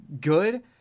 good